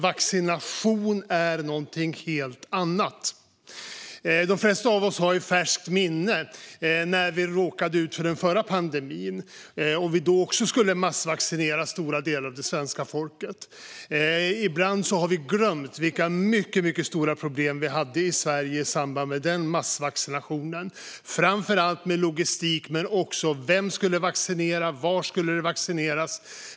Vaccination är någonting helt annat. De flesta har den förra pandemin i färskt minne. Då skulle vi också massvaccinera stora delar av svenska folket. Ibland glömmer vi vilka mycket stora problem vi hade i Sverige i samband med den massvaccinationen, framför allt med logistik men också med vem som skulle vaccinera och var det skulle vaccineras.